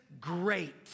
great